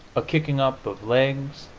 a kicking up of legs,